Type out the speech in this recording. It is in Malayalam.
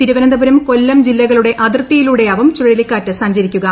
തിരുവനന്തപുരം കൊല്ലം ജില്ലകളുടെ അതിർത്തിയിലൂടെയാവും ചുഴ്ലീക്കാറ്റ് സഞ്ചരിക്കുക